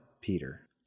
Peter